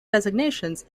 designations